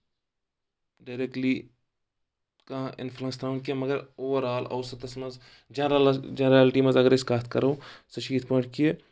directly کانٛہہ influence ترٛاوُن کینٛہہ مَگَر اوٚوَرآل عوتَس منٛز جَنر جَنریلٹی منٛز اگر أسۍ کَتھ کَرو سُہ چھِ یِتھ پٲٹھۍ کہِ